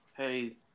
Hey